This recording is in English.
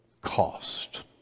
cost